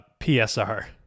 PSR